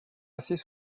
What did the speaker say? assez